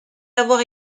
avoir